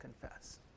confess